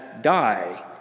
die